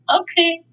okay